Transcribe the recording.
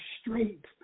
straight